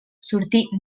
sortí